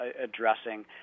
addressing